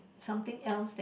something else that